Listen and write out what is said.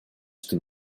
что